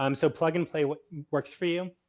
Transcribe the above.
um so plug and play what works for you.